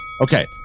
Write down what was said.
Okay